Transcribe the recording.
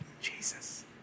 Jesus